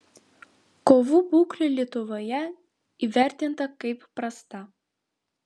kovų būklė lietuvoje įvertinta kaip prasta